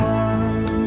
one